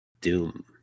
Doom